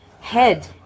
head